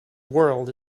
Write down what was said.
world